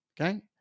okay